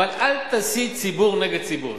אבל אל תסית ציבור נגד ציבור.